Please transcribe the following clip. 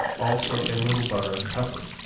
also, a little butter and pepper.